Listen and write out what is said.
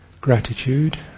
gratitude